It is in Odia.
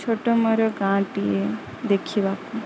ଛୋଟ ମୋର ଗାଁଟିଏ ଦେଖିବାକୁ